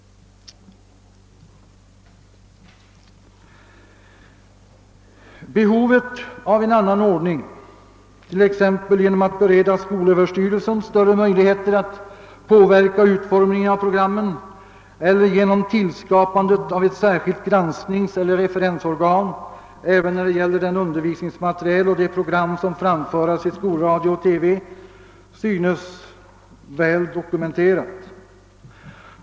Behovet av en annan ordning — t.ex. genom att bereda skolöverstyrelsen större möjligheter att påverka utformningen av programmen eller genom tillskapandet av ett särskilt granskningseller referensorgan även när det gäller den undervisningsmateriel och de program som framförs i skolradio och TV — synes väl dokumenterat.